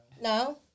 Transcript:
no